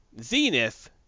zenith